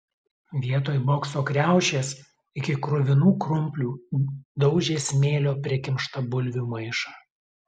vietoj bokso kriaušės iki kruvinų krumplių daužė smėlio prikimštą bulvių maišą